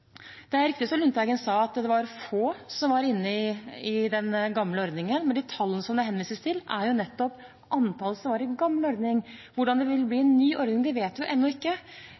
Det er riktig det Lundteigen sa om at det var få som var inne i den gamle ordningen. Men de tallene som det henvises til, er nettopp antallet som var i den gamle ordningen. Hvordan det vil bli i ny ordning, vet vi ennå ikke.